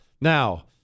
Now